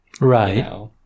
Right